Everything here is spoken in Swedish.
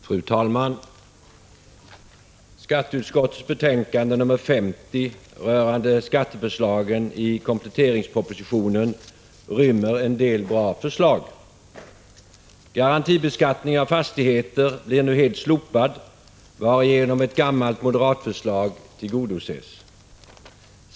Fru talman! Skatteutskottets betänkande 50 rörande skatteförslagen i kompletteringspropositionen rymmer en del bra förslag. Garantibeskattningen av fastigheter blir nu helt slopad, varigenom ett gammalt moderatförslag tillgodoses.